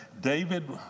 David